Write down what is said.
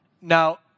Now